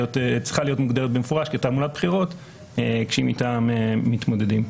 מוגדרת במפורש כתעמולת בחירות כשהיא מטעם מתמודדים.